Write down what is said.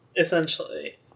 Essentially